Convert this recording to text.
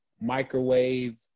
microwave